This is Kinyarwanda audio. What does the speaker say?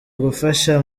gufasha